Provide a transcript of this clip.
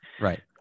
Right